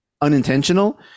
unintentional